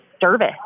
service